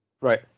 Right